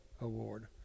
award